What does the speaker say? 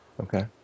Okay